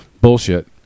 bullshit